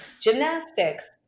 gymnastics